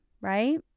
right